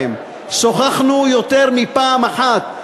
שוחחנו יותר מפעם אחת,